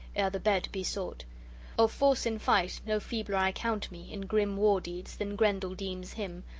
ere the bed be sought of force in fight no feebler i count me, in grim war-deeds, than grendel deems him.